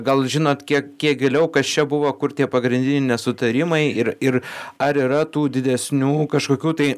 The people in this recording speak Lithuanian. gal žinot kiek kiek giliau kas čia buvo kur tie pagrindiniai nesutarimai ir ir ar yra tų didesnių kažkokių tai